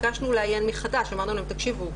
ביקשנו לעיין מחדש ואמרנו להם: תקשיבו,